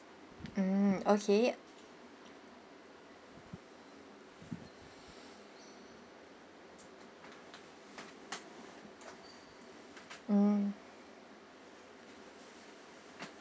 mm okay mm